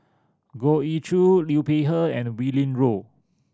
Goh Ee Choo Liu Peihe and Willin Low